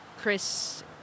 Chris